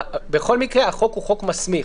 בכל מקרה החוק הוא חוק מסמיך,